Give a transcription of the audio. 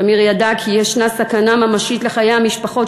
שמיר ידע כי יש סכנה ממשית לחיי המשפחות